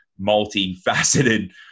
multi-faceted